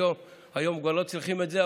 היום כבר לא צריכים את זה,